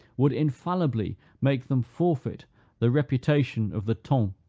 would infallibly make them forfeit the reputation of the ton,